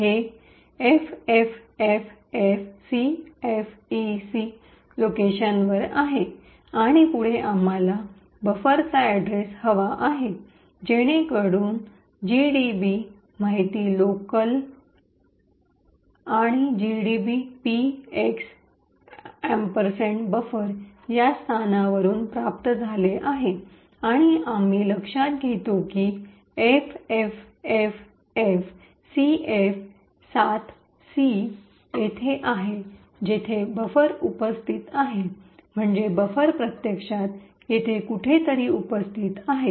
हे एफएफएफएफसीएफईसी लोकेशनवर आहे आणि पुढे आम्हाला बफरचा अड्रेस हवा आहे जेणेकरुन जीडीबी माहिती लोकल gdb info locals आणि GDB P X buffer gdb px buffer या स्थानावरून प्राप्त झाले आहे आणि आम्ही लक्षात घेतो की एफएफएफएफसीएफ७सी तेथे आहे जेथे बफर उपस्थित आहे म्हणजे बफर प्रत्यक्षात येथे कुठेतरी उपस्थित आहे